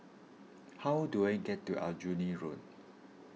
how do I get to Aljunied Road